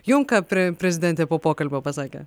jum ką pre prezidentė po pokalbio pasakė